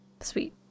sweet